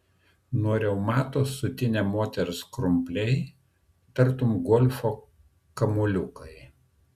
nuo reumato sutinę moters krumpliai tartum golfo kamuoliukai